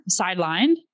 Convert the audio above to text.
sidelined